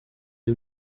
iyi